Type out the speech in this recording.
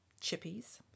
chippies